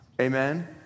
Amen